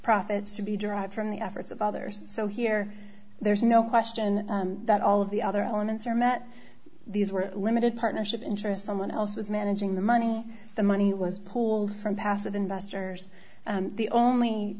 profits to be derived from the efforts of others so here there's no question that all of the other elements are met these were limited partnership interest someone else was managing the money the money was pulled from passive investors the only